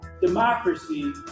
Democracy